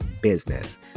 business